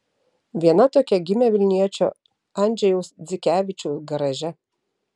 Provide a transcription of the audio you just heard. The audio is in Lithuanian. viena tokia gimė vilniečio andžejaus dzikevičiaus garaže